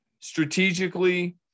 strategically